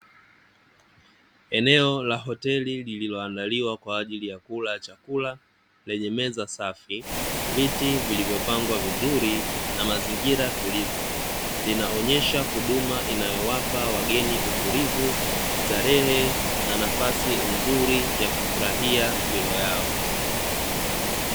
Eneo la hoteli lililoandaliwa kwa ajili ya kula chakula lenye meza safi, viti vilivyopangwa vizuri na mazingira tulivu, linaonyesha huduma inayowapa wageni utulivu, starehe na nafasi nzuri ya kufurahia milo yao.